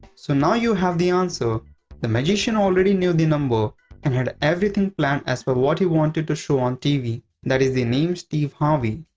so now, you have the answer the magician already knew the number and had everything planned as per what he wanted to show on tv, i e. the name steve harvey.